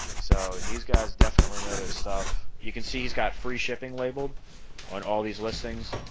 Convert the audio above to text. so these guys definitely know their stuff you can see he's got free shipping labeled on all these listings.